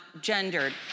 gendered